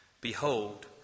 Behold